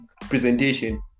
presentation